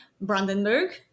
Brandenburg